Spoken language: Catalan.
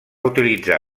utilitzar